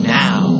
now